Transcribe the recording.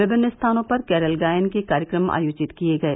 विभिन्न स्थानों पर कैरोल गायन के कार्यक्रम आयोजित किये गये